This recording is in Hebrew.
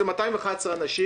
זה 211 אנשים.